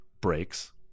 breaks